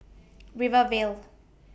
Rivervale